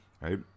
Right